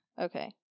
Okay